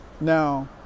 now